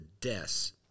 deaths